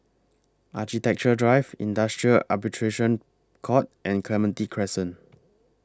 Architecture Drive Industrial Arbitration Court and Clementi Crescent